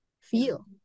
feel